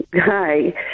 Hi